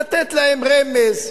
לתת להם רמז.